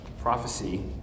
prophecy